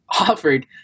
offered